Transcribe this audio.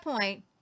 point